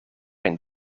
een